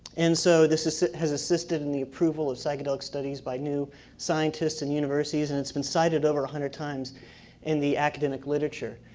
and so, this this has assisted in the approval of psychedelic studies by new scientists and universities and it's been cited over a hundred times in the academic literature.